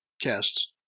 guests